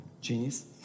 Genius